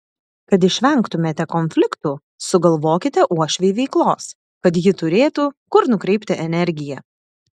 kad išvengtumėte konfliktų sugalvokite uošvei veiklos kad ji turėtų kur nukreipti energiją